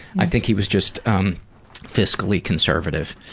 i think he was just um fiscally conservative.